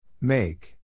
Make